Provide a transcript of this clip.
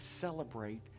celebrate